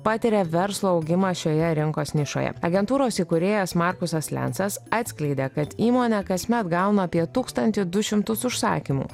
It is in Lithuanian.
patiria verslo augimą šioje rinkos nišoje agentūros įkūrėjas markusas lensas atskleidė kad įmonė kasmet gauna apie tūkstantį du šimtus užsakymų